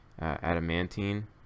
adamantine